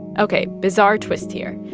ok, bizarre twist here.